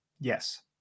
Yes